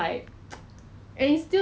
orh 那个 ah